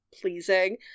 pleasing